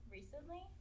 Recently